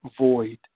void